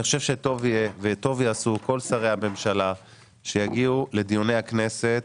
אני חושב שטוב יהיה וטוב יעשו כל שרי הממשלה שיגיעו לדיוני הכנסת,